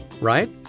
right